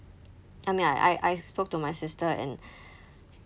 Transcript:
I mean I I spoke to my sister and